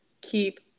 Keep